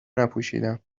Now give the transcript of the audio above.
نپوشیدم